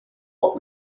what